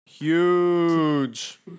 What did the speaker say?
Huge